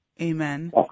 Amen